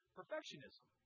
perfectionism